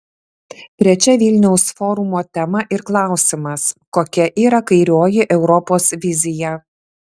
trečia vilniaus forumo tema ir klausimas kokia yra kairioji europos vizija